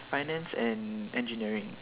finance and engineering